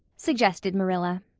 suggested marilla.